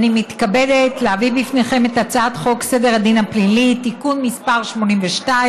אני מתכבדת להביא בפניכם את הצעת חוק סדר הדין הפלילי (תיקון מס׳ 82),